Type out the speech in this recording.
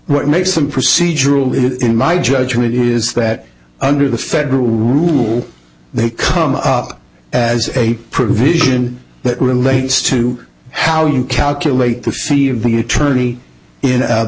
what makes them procedural it in my judgment is that under the federal rule they come up as a provision that relates to how you calculate the fee of the attorney in